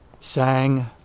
sang